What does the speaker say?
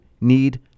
need